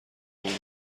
اون